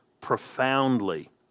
profoundly